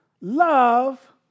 love